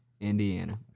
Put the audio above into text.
Indiana